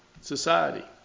society